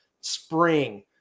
spring